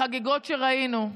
בחגיגות שראינו,